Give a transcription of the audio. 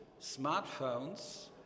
smartphones